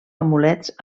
amulets